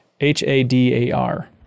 H-A-D-A-R